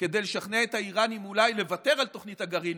כדי לשכנע את האיראנים אולי לוותר על תוכנית הגרעין,